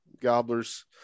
gobblers